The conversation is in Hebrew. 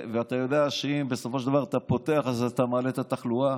ואתה יודע שאם בסופו של דבר אתה פותח אז אתה מעלה את התחלואה.